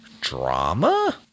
drama